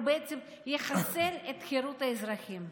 ובעצם יחסל את חירות האזרחים.